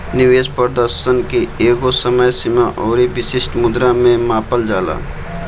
निवेश प्रदर्शन के एकगो समय सीमा अउरी विशिष्ट मुद्रा में मापल जाला